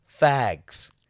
fags